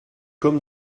comme